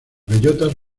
bellotas